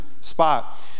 spot